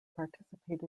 participated